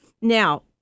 Now